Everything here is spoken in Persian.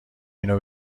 اینو